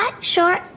short